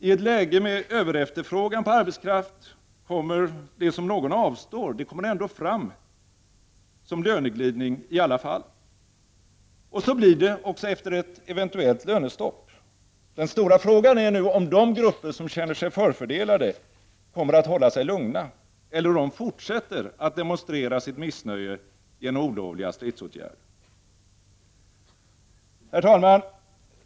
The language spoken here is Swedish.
I ett läge med överefterfrågan på arbetskraft kommer det som någon avstår ändå fram som löneglidning. Så blir det också efter ett eventuellt lönestopp. Den stora frågan är nu om de grupper som känner sig förfördelade kommer att hålla sig lugna eller om de fortsätter att demonstrera sitt missnöje genom olovliga stridsåtgärder. Herr talman!